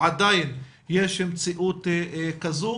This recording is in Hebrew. שעדיין יש מציאות כזו.